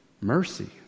mercy